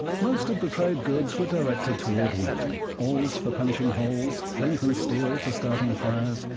most of the trade goods were directed toward women awls for punching holes, flint and steel for starting fires,